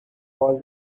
all